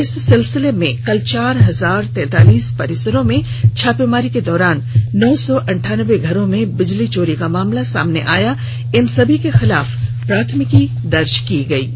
इस सिलसिले में कल चार हजार तैंतालीस परिसरों में छापेमारी के दौरान नौ सौ अंठान्बे घरों में बिजली चोरी का मामला सामने आया इन सभी के खिलाफ प्राथमिकी दर्ज की गई है